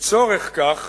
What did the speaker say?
לצורך כך